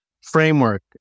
framework